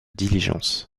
diligences